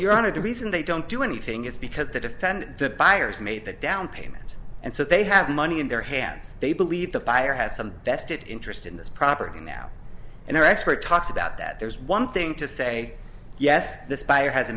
honor the reason they don't do anything is because the defend the buyers made the downpayment and so they have money in their hands they believe the buyer has some vested interest in this property now and their expert talks about that there's one thing to say yes this buyer has a